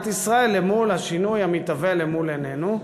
ישראל למול השינוי המתהווה למול עינינו.